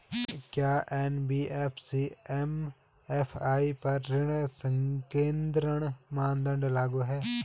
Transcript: क्या NBFC MFI पर ऋण संकेन्द्रण मानदंड लागू हैं?